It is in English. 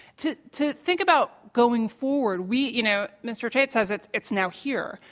to to think about going forward, we, you know, mr. chait says it's it's now here.